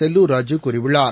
செல்லூர் ராஜூ கூறியுள்ளார்